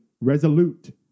resolute